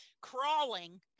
crawling